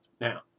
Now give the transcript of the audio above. Now